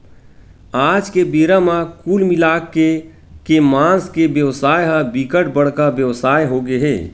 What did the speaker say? आज के बेरा म कुल मिलाके के मांस के बेवसाय ह बिकट बड़का बेवसाय होगे हे